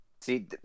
See